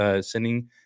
sending